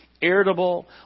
irritable